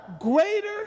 greater